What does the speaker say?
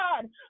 God